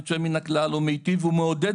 יוצא מן הכלל שהוא מיטיב וגם מעודד